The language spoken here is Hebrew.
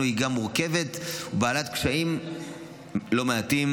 היא גם מורכבת ומעלה קשיים לא מעטים.